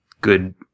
good